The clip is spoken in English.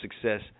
success